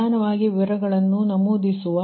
ನಿಧಾನವಾಗಿ ವಿವರಗಳನ್ನು ನಮೂದಿಸುವ